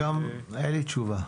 אין לי תשובה.